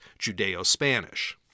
Judeo-Spanish